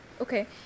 Okay